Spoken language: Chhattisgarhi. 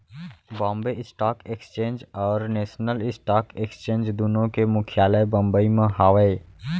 बॉम्बे स्टॉक एक्सचेंज और नेसनल स्टॉक एक्सचेंज दुनो के मुख्यालय बंबई म हावय